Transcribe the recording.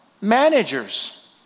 managers